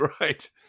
Right